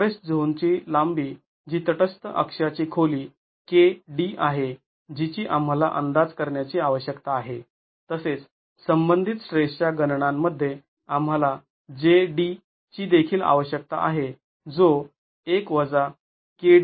compressed zone ची लांबी जी तटस्थ अक्षाची खोली k d आहे जी ची आम्हाला अंदाज करण्याची आवश्यकता आहे तसेच संबंधित स्ट्रेसच्या गणनांमध्ये आम्हाला j d ची देखील आवश्यकता आहे जो 1 kd3 आहे